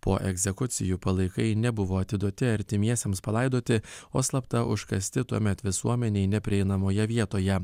po egzekucijų palaikai nebuvo atiduoti artimiesiems palaidoti o slapta užkasti tuomet visuomenei neprieinamoje vietoje